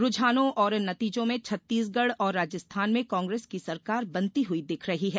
रुझानों और नतीजों में छत्तीसगढ़ और राजस्थान में कांग्रेस की सरकार बनती हुई दिख रही है